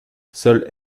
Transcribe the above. seul